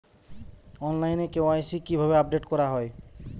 অনলাইনে কে.ওয়াই.সি কিভাবে আপডেট করা হয়?